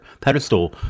pedestal